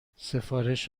سفارش